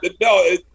no